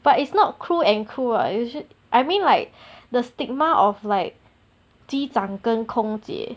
but it's not crew and crew ah you should I mean like the stigma of like 机长跟空姐